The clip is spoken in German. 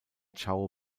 chao